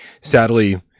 Sadly